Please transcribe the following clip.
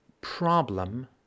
problem